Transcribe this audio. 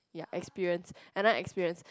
ya experience another experience